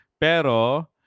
pero